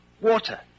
Water